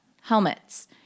Helmets